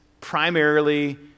primarily